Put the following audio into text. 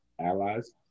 allies